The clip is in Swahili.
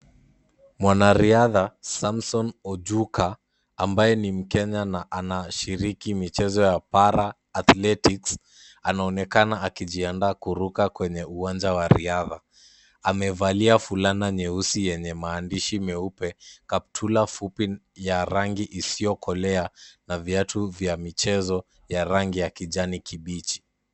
Mwanariadha, Samson Ojuka, ambaye ni Mkenya na anashiriki michezo ya paraathletics , anaonekana akijiandaa kuruka kwenye uwanja wa riadha. Amevalia fulana nyeusi yenye maandishi meupe kaptula fupu ya rangi isiyokolea na viatu vya michezo ya rangi ya kijani kibichi.